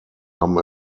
haben